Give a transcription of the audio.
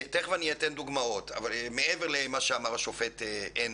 ותכף אני אתן דוגמאות מעבר למה שאמר השופט הנדל.